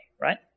right